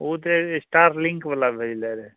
ओ तऽ Starlink बला भेजले रहै